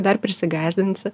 dar prisigąsdinsi